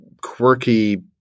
quirky